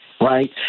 right